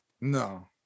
No